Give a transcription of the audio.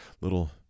little